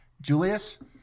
Julius